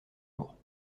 jours